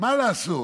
מה לעשות,